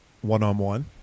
one-on-one